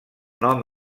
nom